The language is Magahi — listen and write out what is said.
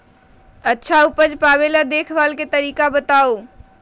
अच्छा उपज पावेला देखभाल के तरीका बताऊ?